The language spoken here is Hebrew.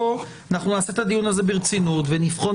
ואנחנו נעשה את הדיון הזה ברצינות ונבחן